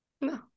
No